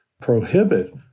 prohibit